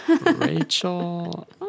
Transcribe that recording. Rachel